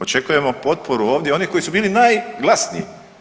Očekujemo potporu ovdje oni koji su bili najglasniji.